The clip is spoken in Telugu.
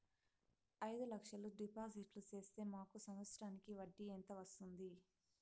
అయిదు లక్షలు డిపాజిట్లు సేస్తే మాకు సంవత్సరానికి వడ్డీ ఎంత వస్తుంది?